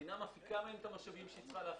המדינה תפיק מהם את המשאבים שהיא צריכה להפיק,